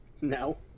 No